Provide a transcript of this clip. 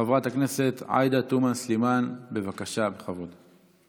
חברת הכנסת עאידה תומא סלימאן, בבקשה, בכבוד.